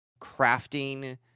Crafting